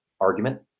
argument